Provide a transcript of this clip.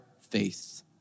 faith